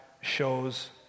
shows